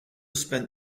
spent